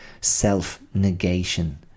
self-negation